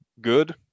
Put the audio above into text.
good